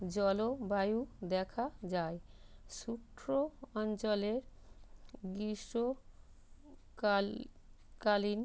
জলবায়ু দেখা যায় শুকনো অঞ্চলে গ্রীষ্মকাল কালীন